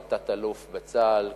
היית תת-אלוף בצה"ל,